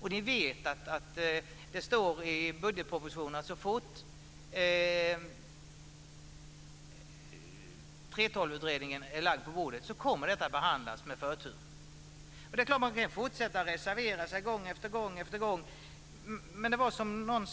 Och vi vet att det står i budgetpropositionen att så fort 3:12-utredningen lagts på bordet kommer detta att behandlas med förtur. Det är klart att man kan fortsätta att reservera sig gång efter gång, men det är som